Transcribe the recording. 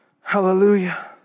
Hallelujah